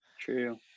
True